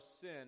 sin